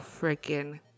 freaking